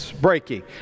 breaking